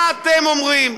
מה אתם אומרים?